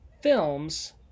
films